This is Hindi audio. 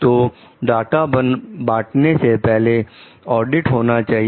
तो डाटा बांटने से पहले ऑडिट होना चाहिए